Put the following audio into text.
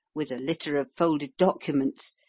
with a litter of folded documents,